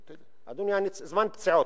אדוני, זמן פציעות.